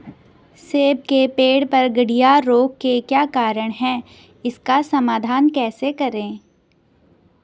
सेब के पेड़ पर गढ़िया रोग के क्या कारण हैं इसका समाधान कैसे करें?